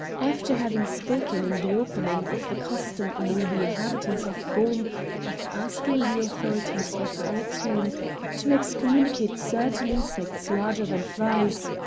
after having spoken, in the opening, of the custom among the inhabitants of beaume of asking the authorities of autun to excommunicate certain insects larger than flies,